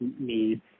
need